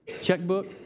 Checkbook